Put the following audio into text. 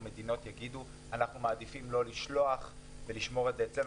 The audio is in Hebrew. מדינות יעדיפו לא לשלוח אלא לשמור את הסחורה אצלם,